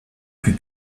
plus